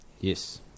Yes